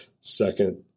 Second